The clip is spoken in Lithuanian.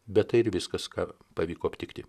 bet tai ir viskas ką pavyko aptikti